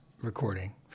recording